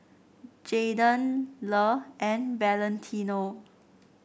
Jaydan Le and Valentino